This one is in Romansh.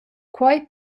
quei